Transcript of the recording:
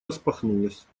распахнулась